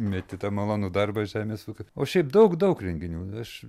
meti tą malonų darbą žemės ūkio o šiaip daug daug renginių aš